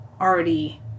already